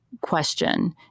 question